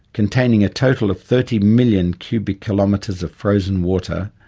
containing a total of thirty million cubic kilometres of frozen water,